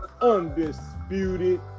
undisputed